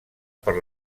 per